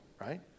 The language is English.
right